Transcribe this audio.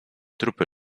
trupy